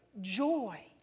joy